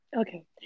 Okay